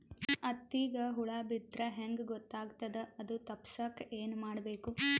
ಹತ್ತಿಗ ಹುಳ ಬಿದ್ದ್ರಾ ಹೆಂಗ್ ಗೊತ್ತಾಗ್ತದ ಅದು ತಪ್ಪಸಕ್ಕ್ ಏನ್ ಮಾಡಬೇಕು?